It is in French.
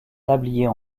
tablier